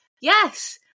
yes